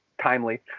timely